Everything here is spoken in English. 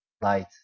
light